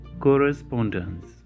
Correspondence